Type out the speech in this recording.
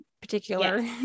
particular